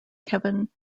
kevin